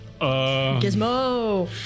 Gizmo